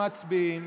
מצביעים.